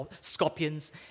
scorpions